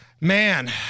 man